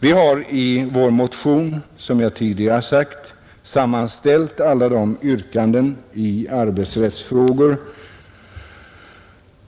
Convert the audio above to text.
Vi har i vår motion, som jag tidigare sagt, sammanställt alla våra yrkanden i arbetsrättsfrågor.